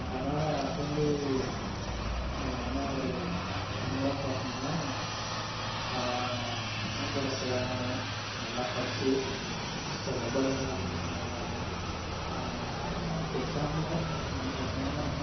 அதனால் அப்போ வந்து என்ன ஒரு அனுபவம்னு பாத்திங்கனா பசங்கள் கூட சேராமல் நல்லா படித்து மொபைல்லாம் அதிகமாக நோண்டாமல் அடுத்த எக்ஸாமில் வந்து பார்த்திங்கனா